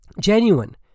genuine